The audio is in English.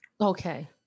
Okay